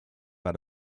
but